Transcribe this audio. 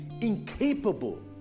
incapable